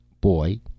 Boy